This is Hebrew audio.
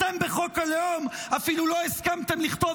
אתם בחוק הלאום אפילו לא הסכמתם לכתוב